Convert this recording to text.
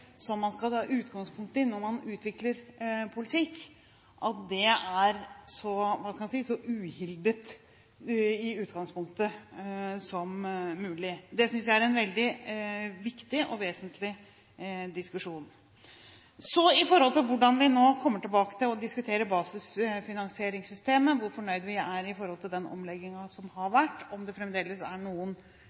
man skal ta utgangspunkt i når man utvikler politikk, i utgangspunktet er så, hva skal jeg si, uhildet som mulig – synes jeg er en veldig viktig og vesentlig diskusjon. Når det gjelder hvordan vi kommer tilbake til å diskutere basisfinansieringssystemet, hvor fornøyde vi er i forhold til den omleggingen som har vært, om det fremdeles er noen